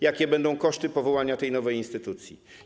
Jakie będą koszty powołania tej nowej instytucji?